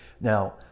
Now